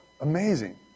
amazing